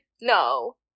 No